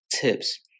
tips